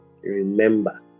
Remember